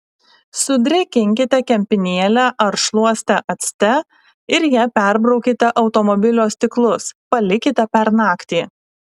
sudrėkinkite kempinėlę ar šluostę acte ir ja perbraukite automobilio stiklus palikite per naktį